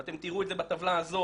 ואתם תראו את זה בטבלה הזו,